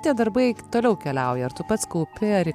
tie darbai toliau keliauja ar tu pats kaupi ar į